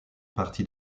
partie